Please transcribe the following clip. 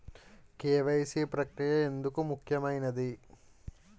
KYC ప్రక్రియ ఎందుకు ముఖ్యమైనది?